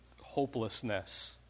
hopelessness